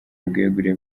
ubwegure